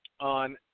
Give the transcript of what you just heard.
on